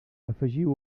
afegiu